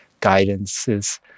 guidances